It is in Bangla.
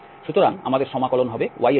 সুতরাং আমাদের সমাকলন হবে y এর জন্য